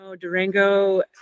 Durango